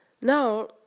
now